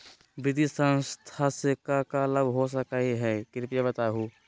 वित्तीय संस्था से का का लाभ हो सके हई कृपया बताहू?